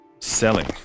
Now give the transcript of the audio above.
selling